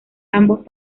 ambos